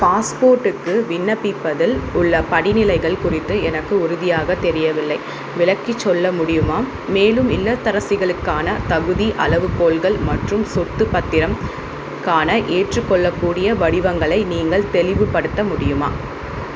பாஸ்போர்ட்டுக்கு விண்ணப்பிப்பதில் உள்ள படிநிலைகள் குறித்து எனக்கு உறுதியாக தெரியவில்லை விளக்கிச் சொல்ல முடியுமா மேலும் இல்லத்தரசிகளுக்கான தகுதி அளவுகோல்கள் மற்றும் சொத்து பத்திரம் கான ஏற்றுக்கொள்ளக்கூடிய வடிவங்களை நீங்கள் தெளிவுபடுத்த முடியுமா